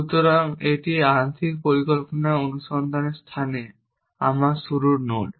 সুতরাং এটি আংশিক পরিকল্পনার অনুসন্ধানের স্থানে আমার শুরুর নোড